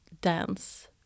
dance